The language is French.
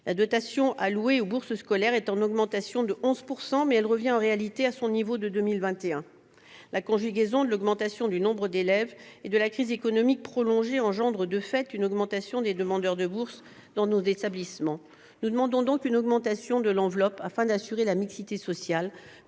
La dotation allouée aux bourses scolaires est en hausse de 11 %, mais elle revient en réalité à son niveau de 2021. La conjugaison de la croissance du nombre d'élèves et de la crise économique prolongée engendre, de fait, une augmentation des demandes de bourses dans nos établissements. Nous plaidons donc pour que l'enveloppe soit revue à la hausse afin d'assurer la mixité sociale,